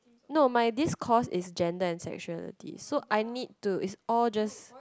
no my this course is gender and sexuality so I need to is all just